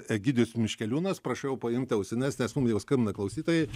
egidijus miškeliūnas prašau paimti ausines nes mum jau skambina klausytojai